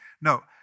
No